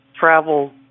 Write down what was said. travel